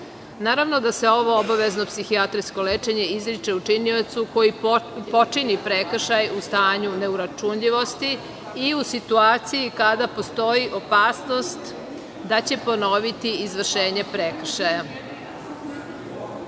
Naravno da se ovo obavezno psihijatrijsko lečenje izriči učiniocu koji počini prekršaj u stanju neuračunljivosti i u situaciji kada postoji opasnost da će ponoviti izvršenje prekršaja. Kod